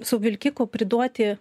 su vilkiku priduoti